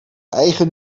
eigen